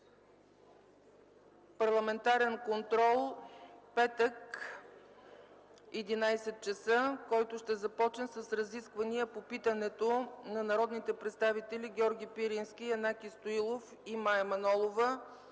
Парламентарен контрол (петък, 11,00 ч., който ще започне с разисквания по питането на народните представители Георги Пирински, Янаки Стоилов и Мая Манолова